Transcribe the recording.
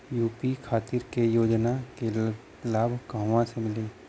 UP खातिर के योजना के लाभ कहवा से मिली?